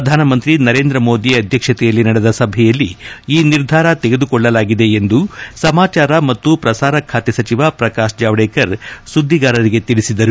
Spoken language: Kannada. ಪ್ರಧಾನಮಂತ್ರಿ ನರೇಂದ್ರ ಮೋದಿ ಅಧ್ಯಕ್ಷತೆಯಲ್ಲಿ ನಡೆದ ಸಭೆಯಲ್ಲಿ ಈ ನಿರ್ಧಾರ ತೆಗೆದುಕೊಳ್ಳಲಾಗಿದೆ ಎಂದು ಸಮಾಚಾರ ಮತ್ತು ಪ್ರಸಾರ ಖಾತೆ ಸಚಿವ ಪ್ರಕಾಶ್ ಜಾವಡೇಕರ್ ಸುದ್ದಿಗಾರರಿಗೆ ತಿಳಿಸಿದರು